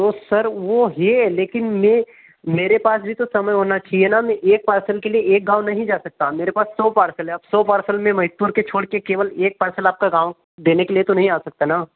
तो सर वो है लेकिन में मेरे पास भी तो समय होना चाहिए ना मैं एक पार्सल के लिए एक गाँव नहीं जा सकता मेरे पास सौ पार्सल है अब सौ पार्सल में मनिकपुर के छोड़ के केवल एक पार्सल आपका गाँव देने के लिए तो नहीं आ सकता ना